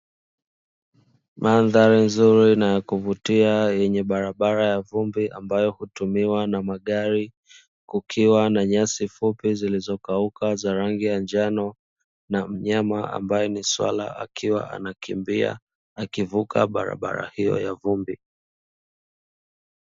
Mandhari nzuri na ya kuvutia yenye barabara ya vumbi, ambayo hutumiwa na magari, kukiwa na nyasi fupi zilizokauka za rangi ya njano, na mnyama ambaye ni swala akiwa anakimbia akivuka barabara hiyo ya vumbi.